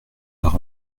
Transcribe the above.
par